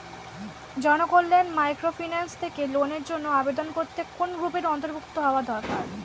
Janakalyan microfinance থেকে লোনের জন্য আবেদন করতে কোন গ্রুপের অন্তর্ভুক্ত হওয়া দরকার?